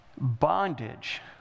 bondage